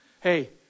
Hey